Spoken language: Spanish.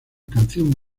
canción